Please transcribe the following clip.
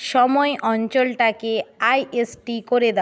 সময় অঞ্চলটাকে আইএসটি করে